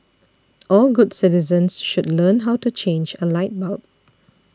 all good citizens should learn how to change a light bulb